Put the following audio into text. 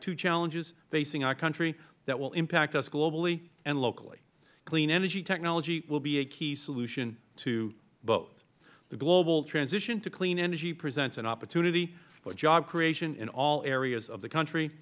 two challenges facing our country that will impact us globally and locally clean energy technology will be a clean solution to both the global transition to clean energy presents an opportunity for job creation in all areas of the country